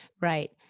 Right